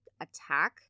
attack